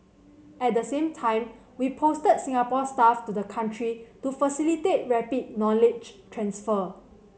at the same time we posted Singapore staff to the country to facilitate rapid knowledge transfer